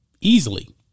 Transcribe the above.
easily